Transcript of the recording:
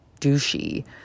douchey